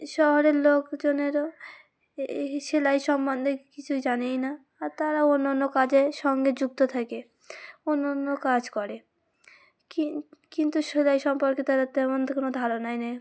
শহরের লোকজনেরও এই সেলাই সম্বন্ধে কিছুই জানেই না আর তারাও অন্য অন্য কাজে সঙ্গে যুক্ত থাকে অন্য অন্য কাজ করে কিন কিন্তু সেলাই সম্পর্কে তা তেমন তো কোনো ধারণাই নেই